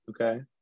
okay